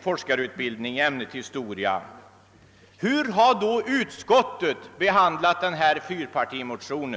forskarutbildning i ämnet historia. Hur har då utskottet behandlat denna fyrpartimotion?